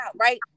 right